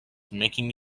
making